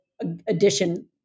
addition